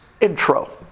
intro